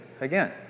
again